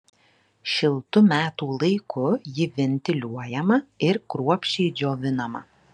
šiltu metų laiku ji ventiliuojama ir kruopščiai džiovinama